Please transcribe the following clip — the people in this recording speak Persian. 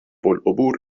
العبور